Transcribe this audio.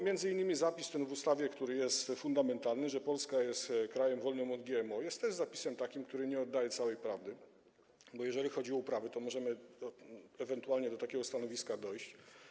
M.in. ten zapis zawarty w ustawie, który jest fundamentalny, że Polska jest krajem wolnym od GMO, jest takim zapisem, który nie oddaje całej prawdy, bo jeżeli chodzi o uprawy, to możemy ewentualnie do takiego stanowiska dojść.